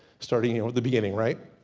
starting you know at the beginning, right.